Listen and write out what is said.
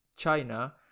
China